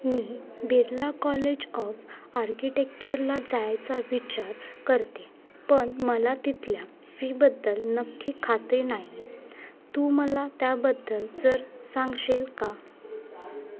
me Birla college of आर्किटेक्चरला जायचा विचार करते पण मला तिथल्या फीबद्दल नक्की खात्री नाही आहे तू मला त्याबद्दल जरा सांगशील का